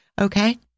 Okay